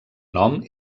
nom